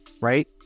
right